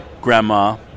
grandma